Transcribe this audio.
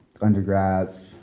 undergrads